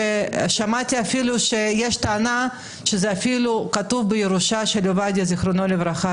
שמעתי שיש טענה שזה אפילו כתוב בירושה של עובדיה יוסף זכרונו לברכה,